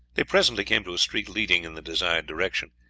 they presently came to a street leading in the desired direction.